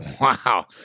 Wow